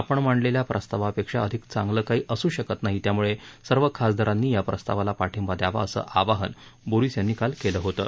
आपण मांडलेल्या प्रस्तावापेक्षा अधिक चांगलं काही असू शकत नाही त्यामुळे सर्व खासदारांनी या प्रस्तावाला पाठिंबा द्यावा असं आवाहन बोरीस यांनी काल केलं होतं